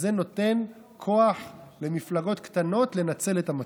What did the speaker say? אז זה נותן כוח למפלגות קטנות לנצל את המצב.